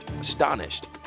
astonished